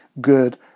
good